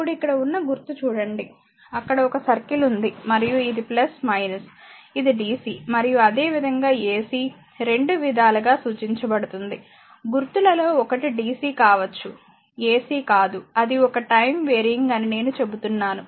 ఇప్పుడుఇక్కడ ఉన్న గుర్తు చూడండిఅక్కడ ఒక సర్కిల్ ఉంది మరియు ఇది ఇది dc మరియు అదేవిధంగా ac రెండు విధాలగా సూచించబడుతుంది గుర్తులలో ఒకటి dc కావచ్చు ac కాదు అది ఒక టైమ్ వెరీయింగ్ అని నేను చెబుతున్నాను